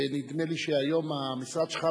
ונדמה לי שהיום המשרד שלך,